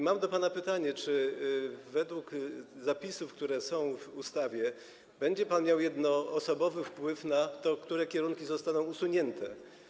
Mam do pana pytanie: Czy według zapisów, które są w ustawie, będzie pan miał jednoosobowy wpływ na to, które kierunki zostaną usunięte?